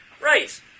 Right